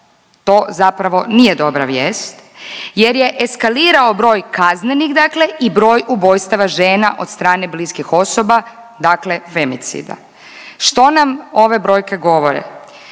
to zapravo nije dobra vijest jer je eskalirao broj kaznenih dakle i broj ubojstava žena od strane bliskih osoba, dakle femicida. Što nam ove brojke govore?